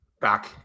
back